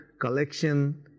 collection